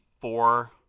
four